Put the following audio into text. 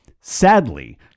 sadly